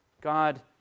God